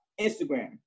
Instagram